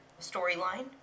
storyline